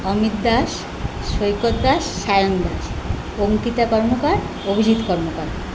Amit Das Saikat Das Sayan Das Ankita Karmakar Abhijit Karmakar